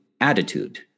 attitude